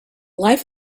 life